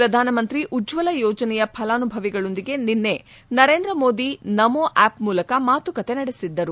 ಪ್ರಧಾನಮಂತ್ರಿ ಉಜ್ವಲ ಯೋಜನೆಯ ಫಲಾನುಭವಿಗಳೊಂದಿಗೆ ನಿನ್ನೆ ನರೇಂದ್ರ ಮೋದಿ ನಮೋ ಆಪ್ ಮೂಲಕ ಮಾತುಕತೆ ನಡೆಸಿದ್ದರು